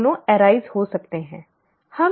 दोनों दिख हो सकते हैं